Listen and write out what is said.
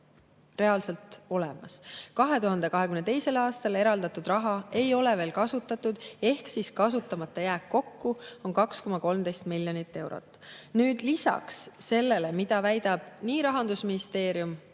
reaalselt olemas. 2022. aastal eraldatud raha ei ole veel kasutatud ehk kasutamata jääk kokku on 2,13 miljonit eurot. Lisaks sellele, mida väidab Rahandusministeerium